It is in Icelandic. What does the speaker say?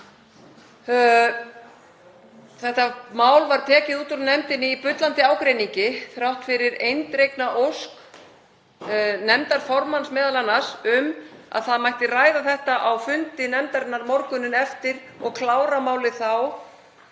máls. Málið var tekið út úr nefndinni í bullandi ágreiningi þrátt fyrir eindregna ósk m.a. nefndarformanns um að það mætti ræða það á fundi nefndarinnar morguninn eftir og klára málið þá.